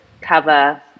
cover